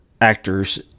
actors